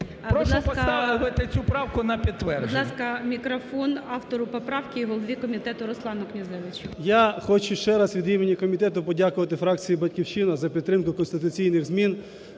Прошу поставити цю правку на підтвердження.